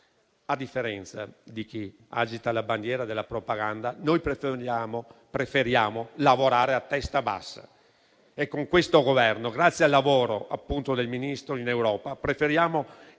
A differenza di chi agita la bandiera della propaganda, preferiamo lavorare a testa bassa e, con il Governo, grazie al lavoro del Ministro in Europa, preferiamo